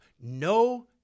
no